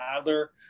Adler